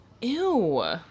Ew